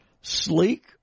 sleek